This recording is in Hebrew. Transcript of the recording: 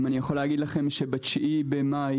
ב-9.5,